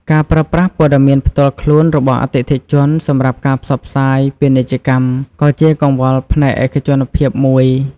ការប្រើប្រាស់ព័ត៌មានផ្ទាល់ខ្លួនរបស់អតិថិជនសម្រាប់ការផ្សព្វផ្សាយពាណិជ្ជកម្មក៏ជាកង្វល់ផ្នែកឯកជនភាពមួយ។